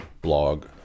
blog